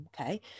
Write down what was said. okay